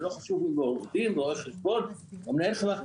ולא חשוב אם הוא עורך דין או רואה חשבון או מנהל חברה,